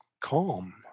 calm